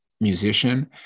musician